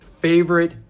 Favorite